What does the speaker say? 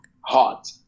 hot